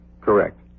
Correct